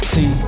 See